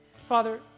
Father